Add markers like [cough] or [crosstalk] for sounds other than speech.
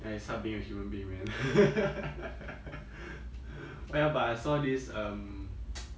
and it's hard being a human being man [laughs] well but I saw this um [noise]